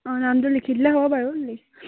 অঁ নামটো লিখি দিলে হ'ব বাৰু